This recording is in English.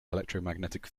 electromagnetic